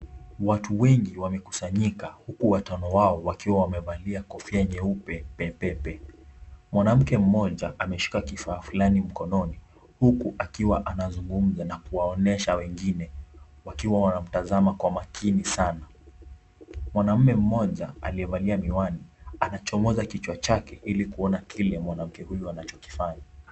Watu wengi wamekusanyika huku watano wao wakiwa wamevalia kofia nyeupe pe pe pe. Mwanamke mmoja ameshika kifaa fulani mkononi huku akiwa anazungumza na kuwaonesha wengine wakiwa wanamtazama kwa makini sana. Mwanaume mmoja aliyevalia miwani anachomoza kichwa chake ili kuona kile mwanamke huyu anachofanya.